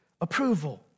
approval